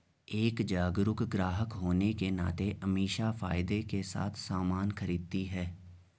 एक जागरूक ग्राहक होने के नाते अमीषा फायदे के साथ सामान खरीदती है